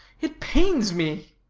it pains me.